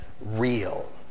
Real